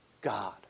God